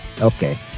okay